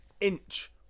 inch